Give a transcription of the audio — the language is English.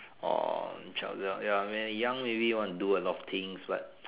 or child ya when you're young maybe you want to do a lot of things but